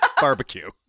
barbecue